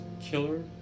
killer